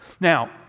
Now